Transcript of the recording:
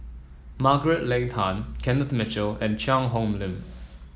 Margaret Leng Tan Kenneth Mitchell and Cheang Hong Lim